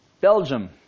Belgium